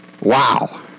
Wow